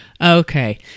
Okay